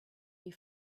you